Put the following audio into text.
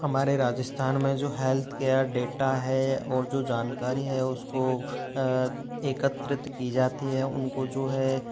हमारे राजस्थान में जो हेल्थ केयर डेटा है और जो जानकारी है उसको एकत्रित की जाती है उनको जो है